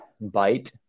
bite